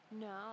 no